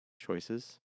choices